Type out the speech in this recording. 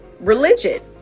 religion